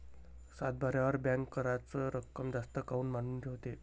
सातबाऱ्यावर बँक कराच रक्कम जास्त काऊन मांडून ठेवते?